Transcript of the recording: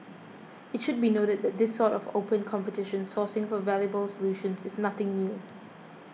it should be noted that this sort of open competition sourcing for valuable solutions is nothing new